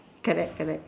correct correct